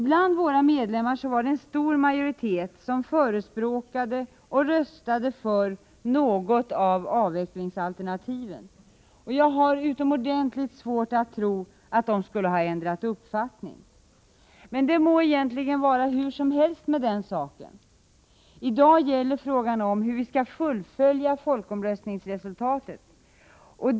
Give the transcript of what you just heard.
Bland våra medlemmar fanns det en stor majoritet som förespråkade och röstade för något av avvecklingsalternativen. Jag har utomordentligt svårt att tro att de skulle ha ändrat uppfattning. Men det må egentligen vara hur som helst med den saken. I dag gäller frågan hur vi skall fullfölja folkomröstningsresultatet.